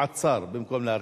אז הוא עצר במקום להרחיב.